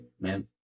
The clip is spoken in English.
man